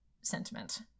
sentiment